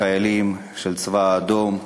חיילים של הצבא האדום,